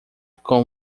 com